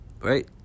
right